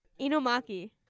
inomaki